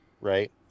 right